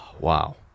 Wow